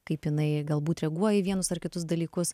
kaip jinai galbūt reaguoja į vienus ar kitus dalykus